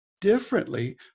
differently